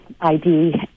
ID